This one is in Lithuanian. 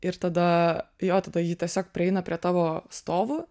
ir tada jo tada ji tiesiog prieina prie tavo stovų